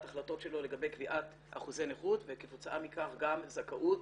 החלטות שלו לגבי קביעת אחוזי נכות וכתוצאה מכך גם זכאות